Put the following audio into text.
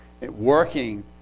working